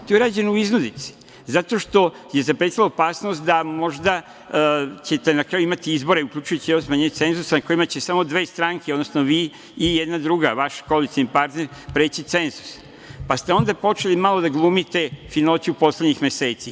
To je rađeno u iznudici zato što je zapretila opasnost da možda ćete na kraju imati izbore, uključujući ovo smanjenje cenzusa na kojima će samo dve stranke, odnosno vi i jedna druga, vaš koalicioni partner preći cenzus, pa ste onda počeli malo da glumite finoću poslednjih meseci.